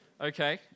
Okay